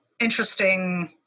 interesting